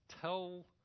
tell